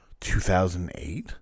2008